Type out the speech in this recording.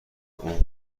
اون